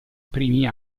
primi